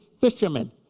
fishermen